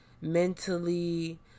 mentally